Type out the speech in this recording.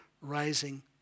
rising